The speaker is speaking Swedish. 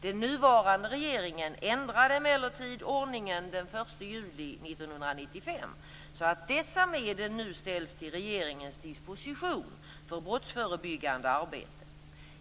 Den nuvarande regeringen ändrade emellertid ordningen den 1 juli 1995 så att dessa medel nu ställs till regeringens disposition för brottsförebyggande arbete.